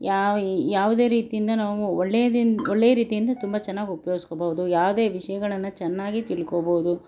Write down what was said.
ಯಾವ್ಯಾವುದೇ ರೀತಿಯಿಂದ ನಾವು ಒಳ್ಳೇದಿಂದ ಒಳ್ಳೆಯ ರೀತಿಯಿಂದ ತುಂಬ ಚೆನ್ನಾಗಿ ಉಪುಯೋಗಿಸ್ಕೋಬೋದು ಯಾವುದೇ ವಿಷಯಗಳನ್ನು ಚೆನ್ನಾಗಿ ತಿಳ್ಕೋಬೋದು